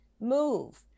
move